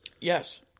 Yes